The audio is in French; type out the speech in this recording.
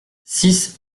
six